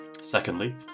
Secondly